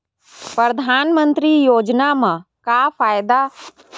परधानमंतरी योजना म का फायदा?